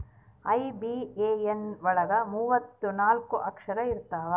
IBAN ಒಳಗ ಮೂವತ್ತು ನಾಲ್ಕ ಅಕ್ಷರ ಇರ್ತವಾ